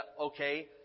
okay